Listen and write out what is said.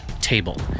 table